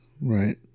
Right